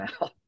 now